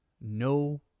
no